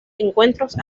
encuentros